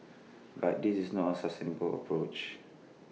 but this is not A sustainable approach